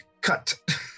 cut